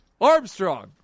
Armstrong